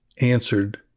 answered